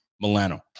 Milano